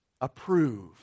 approve